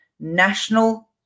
National